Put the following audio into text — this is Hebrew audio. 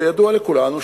שידוע לכולנו,